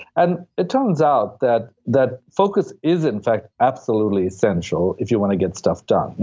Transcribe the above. and it turns out that that focus is in fact absolutely essential if you wanna get stuff done. you